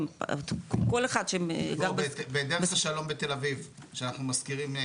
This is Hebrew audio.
כל אחד שגר ב- בדרך השלום בתל אביב שאנחנו משכירים,